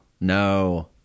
no